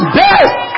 best